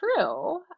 true